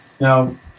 Now